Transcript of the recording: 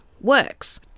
works